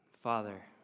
Father